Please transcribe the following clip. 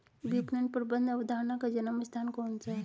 विपणन प्रबंध अवधारणा का जन्म स्थान कौन सा है?